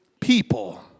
people